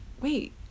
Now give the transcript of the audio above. wait